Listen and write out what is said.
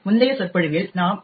முந்தைய சொற்பொழிவில் நாம் ஏ